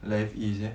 life is eh